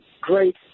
great